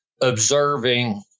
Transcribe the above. observing